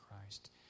Christ